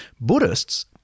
Buddhists